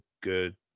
good